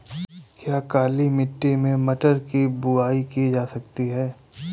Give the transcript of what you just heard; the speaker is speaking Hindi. क्या काली मिट्टी में मटर की बुआई की जा सकती है?